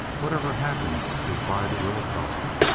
whatever happens is by the will of god